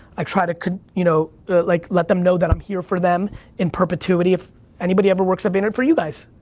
i try to, you know like, let them know that i'm here for them in perpetuity. if anybody ever works at vayner, for you guys,